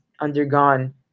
undergone